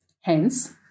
Hence